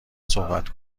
صحبت